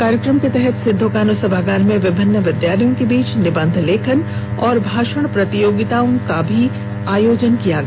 इस कार्यकम के तहत सिद्दो कान्हू सभागार में विभिन्न विद्यालयों के बीच निबंध लेखन और भाषण प्रतियोगिताओं का भी आयोजन किया गया